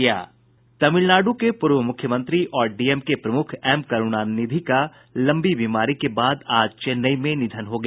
तमिलनाडु के पूर्व मुख्यमंत्री और डीएमके प्रमुख एमकरुणानिधि का लंबी बीमारी के बाद आज चेन्नई में निधन हो गया